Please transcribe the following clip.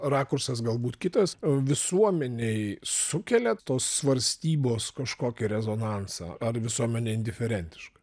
rakursas galbūt kitas visuomenėj sukelia tos svarstybos kažkokį rezonansą ar visuomenė indiferentiška